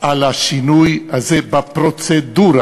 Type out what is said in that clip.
על השינוי הזה בפרוצדורה.